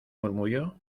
murmullo